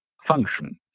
function